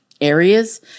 areas